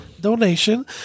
donation